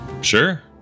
Sure